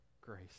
grace